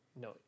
no